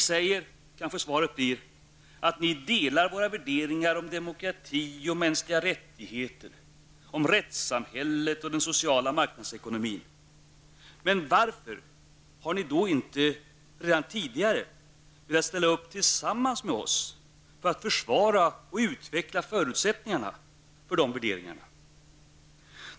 Svaret kan bli: ''Ni säger att ni delar våra värderingar om demokrati, mänskliga rättigheter, rättssamhället och den sociala marknadsekonomin. Men varför har ni då inte redan tidigare velat ställa upp tillsammans med oss för att försvara och utveckla förutsättningarna för dessa värderingar?''